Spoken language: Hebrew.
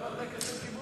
גם על רקע של כיבוש?